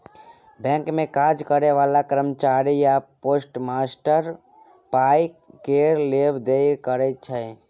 bank मे काज करय बला कर्मचारी या पोस्टमास्टर पाइ केर लेब देब करय छै